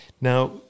Now